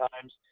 times